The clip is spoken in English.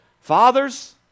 fathers